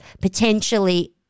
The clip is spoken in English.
potentially